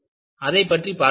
அதைப் பற்றி பார்க்கலாம்